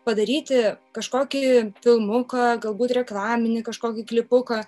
padaryti kažkokį filmuką galbūt reklaminį kažkokį klipuką